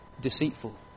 deceitful